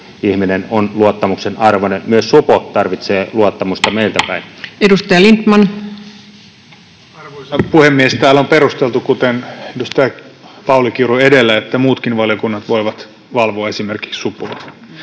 ihminen on luottamuksen arvoinen. Myös supo tarvitsee luottamusta meiltä päin. Arvoisa puhemies! Täällä on perusteltu, kuten edustaja Pauli Kiuru edellä, että muutkin valiokunnat voivat valvoa esimerkiksi supoa.